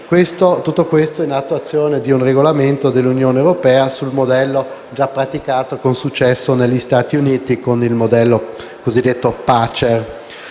Tutto questo in attuazione di un regolamento dell'Unione europea, sul modello già praticato con successo negli Stati Uniti con il cosiddetto Pacer.